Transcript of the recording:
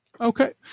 Okay